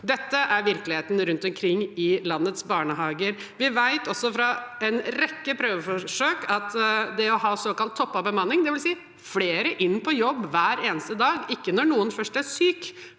Dette er virkeligheten rundt omkring i landets barnehager. Vi vet også fra en rekke prøveforsøk at det å ha såkalt toppet bemanning – det vil si flere på jobb hver eneste dag, ikke først når noen er syk